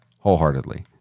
wholeheartedly